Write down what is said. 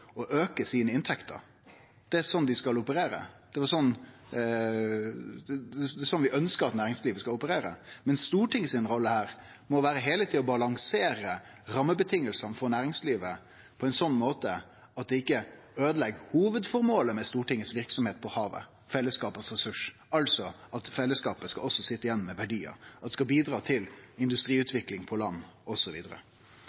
auke inntektene sine. Det er slik dei skal operere, det er slik vi ønskjer at næringslivet skal operere. Men Stortinget si rolle her må heile tida vere å balansere rammevilkåra for næringslivet på ein slik måte at det ikkje øydelegg hovudformålet med Stortinget si verksemd på havet: fellesskapsressursar, altså at fellesskapet også skal sitje igjen med verdiar, at det skal bidra til